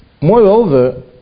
Moreover